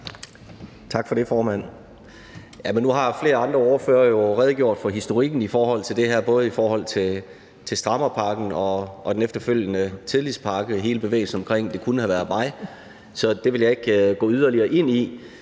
Tak for det, formand. Nu har flere andre ordførere jo redegjort for historikken i forhold til det her. Det gælder både i forhold til strammerpakken og den efterfølgende tillidspakke, hele bevægelsen omkring »det kunne have været mig«, så det vil jeg ikke gå yderligere ind i,